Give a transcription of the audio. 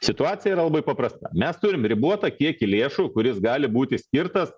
situacija yra labai paprasta mes turim ribotą kiekį lėšų kuris gali būti skirtas